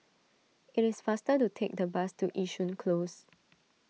it is faster to take the bus to Yishun Close